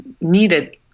needed